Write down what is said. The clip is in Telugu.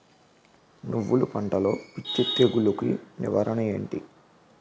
నువ్వులు పంటలో పిచ్చి తెగులకి నివారణ ఏంటి?